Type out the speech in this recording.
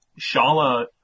Shala